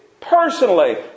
personally